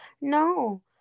no